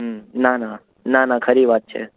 હં ના ના ના ના ખરી વાત છે